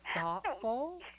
thoughtful